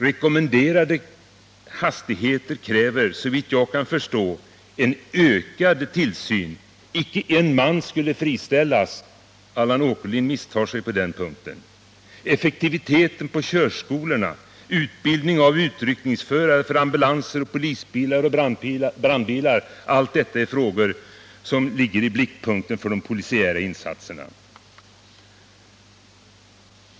Rekommenderade hastigheter kräver, såvitt jag förstår, en ökning av tillsynen — icke en man skulle kunna friställas. Allan Åkerlind misstar sig på den punkten. Effektiviteten i körskolorna, utbildningen av utryckningsförare av ambulanser, polisbilar och brandbilar —allt detta är frågor som ligger i blickpunkten då det gäller de polisiära insatserna.